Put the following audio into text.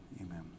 amen